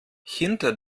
hinter